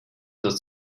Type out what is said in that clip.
das